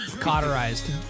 Cauterized